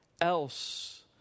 else